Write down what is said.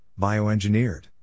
Bioengineered